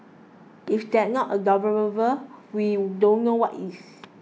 if that's not we don't know what is